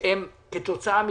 שנפגעו כתוצאה מכך.